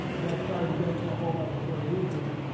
and i cried again for a whole other sort of reason.